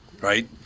right